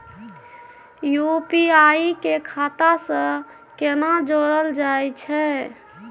UPI के खाता सं केना जोरल जाए छै?